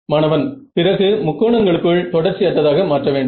மாணவன் பிறகு முக்கோணங்களுக்குள் தொடர்ச்சி அற்றதாக மாற்ற வேண்டும்